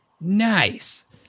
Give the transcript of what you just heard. Nice